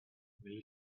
mais